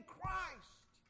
Christ